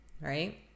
right